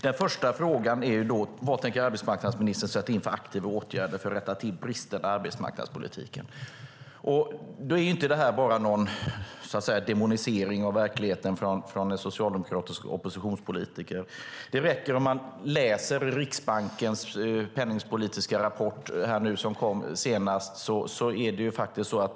Den första frågan är: Vad tänker arbetsmarknadsministern sätta in för aktiva åtgärder för att rätta till bristerna i arbetsmarknadspolitiken? Detta är inte bara en demonisering av verkligheten från en socialdemokratisk oppositionspolitiker. Det räcker om man läser Riksbankens penningpolitiska rapport som kom nu senast.